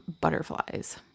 Butterflies